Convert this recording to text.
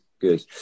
good